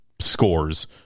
scores